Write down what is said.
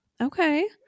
Okay